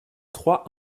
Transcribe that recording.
trois